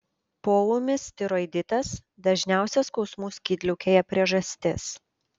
poūmis tiroiditas dažniausia skausmų skydliaukėje priežastis